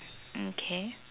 okay